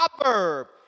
proverb